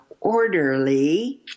orderly